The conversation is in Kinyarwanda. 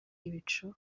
ibicu